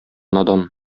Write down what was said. надан